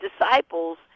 disciples